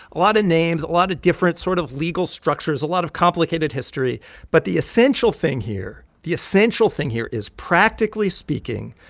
a lot of names, a lot of different sort of legal structures, a lot of complicated history but the essential thing here the essential thing here is, practically speaking,